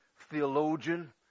theologian